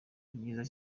ryiza